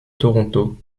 toronto